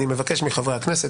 אני מבקש מחברי הכנסת,